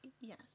Yes